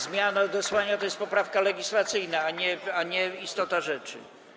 Zmiany odesłania to jest poprawka legislacyjna, a nie istota rzeczy.